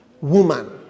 woman